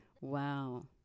Wow